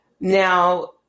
Now